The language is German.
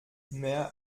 mehr